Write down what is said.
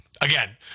Again